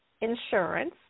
insurance